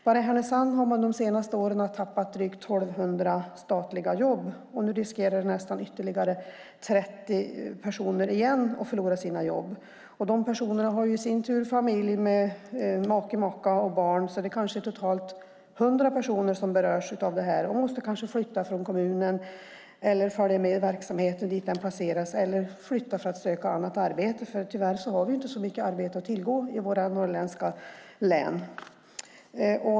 Bara i Härnösand har man de senaste åren tappat drygt 1 200 statliga jobb, och nu riskerar ytterligare nästan 30 personer att förlora sina jobb. Dessa personer har i sin tur familj med make eller maka och barn, så det kanske är totalt 100 personer som berörs av detta. De måste kanske följa med verksamheten dit den placeras eller flytta från kommunen för att söka annat arbete. Tyvärr har vi ju inte så mycket arbete att tillgå i våra norrländska län.